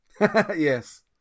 Yes